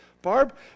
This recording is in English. Barb